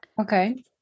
okay